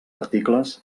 articles